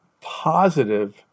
positive